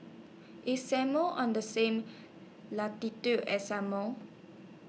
IS Samoa on The same latitude as Samoa